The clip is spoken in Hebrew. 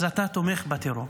אז אתה תומך בטרור.